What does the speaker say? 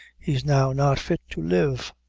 he's now not fit to live.